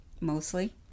Mostly